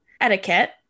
etiquette